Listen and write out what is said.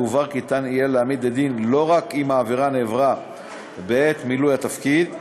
יובהר כי יהיה אפשר להעמיד לדין לא רק אם העבירה נעברה בעת מילוי תפקיד,